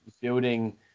building